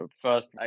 first